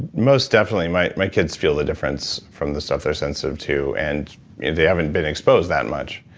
most definitely. my my kids feel the difference from the stuff they're sensitive to and they haven't been exposed that much.